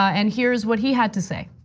and here's what he had to say.